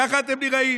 ככה אתם נראים.